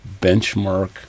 benchmark